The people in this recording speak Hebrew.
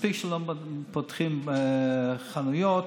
מספיק שלא פותחים חנויות.